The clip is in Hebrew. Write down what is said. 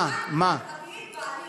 אתם אנטי-חברתיים בעליל.